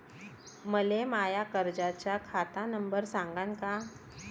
मले माया कर्जाचा खात नंबर सांगान का?